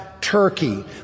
Turkey